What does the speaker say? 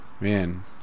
Man